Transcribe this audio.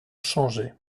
changé